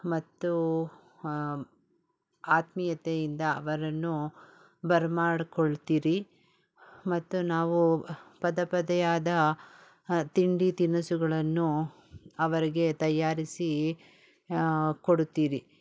ಮತ್ತೂ ಆತ್ಮೀಯತೆಯಿಂದ ಅವರನ್ನು ಬರ ಮಾಡ್ಕೊಳ್ತೀರಿ ಮತ್ತು ನಾವು ಪದ ಪದೆಯಾದ ತಿಂಡಿ ತಿನಿಸುಗಳನ್ನು ಅವರಿಗೆ ತಯಾರಿಸಿ ಕೊಡುತ್ತೀರಿ